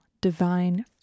divine